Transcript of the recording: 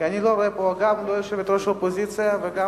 כי אני גם לא רואה פה לא את יושבת-ראש האופוזיציה וגם,